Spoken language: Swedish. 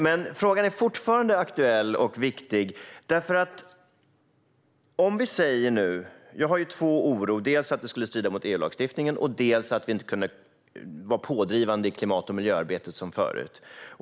Den är dock fortfarande aktuell och viktig. Jag oroar mig över två saker, dels att det hela strider mot EU-lagstiftningen, dels att vi inte kan vara pådrivande i klimat och miljöarbetet så som förut.